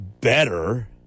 better